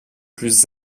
plus